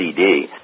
CD